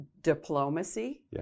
diplomacy